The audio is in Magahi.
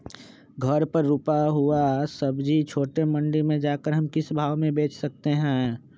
घर पर रूपा हुआ सब्जी छोटे मंडी में जाकर हम किस भाव में भेज सकते हैं?